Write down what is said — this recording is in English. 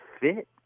fit